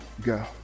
go